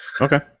Okay